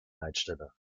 leitstelle